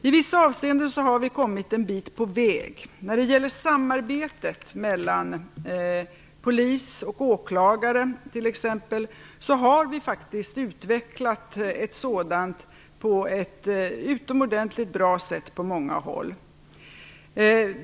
I vissa avseenden har vi kommit en bit på väg. Vi har faktiskt utvecklat samarbetet mellan t.ex. polis och åklagare på ett utomordentligt bra sätt på många håll.